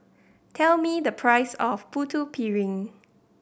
tell me the price of Putu Piring